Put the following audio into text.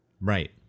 Right